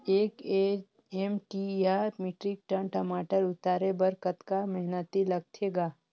एक एम.टी या metric ton टमाटर उतारे बर कतका मेहनती लगथे ग?